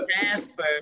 Jasper